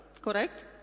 Correct